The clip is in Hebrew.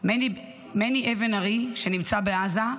מני אבן ארי שנמצא בעזה,